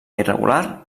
irregular